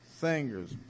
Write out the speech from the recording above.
singers